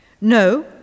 No